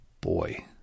Boy